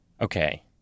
Okay